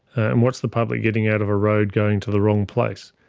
and what's the public getting out of a road going to the wrong place?